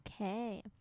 Okay